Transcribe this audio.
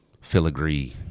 filigree